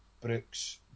Brooks